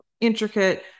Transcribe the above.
intricate